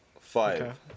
Five